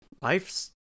Life's